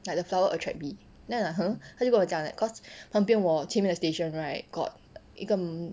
like the flower attract bee then 我讲 !huh! 他就跟我讲 like cause 旁边我前面的 station right got 一个 mm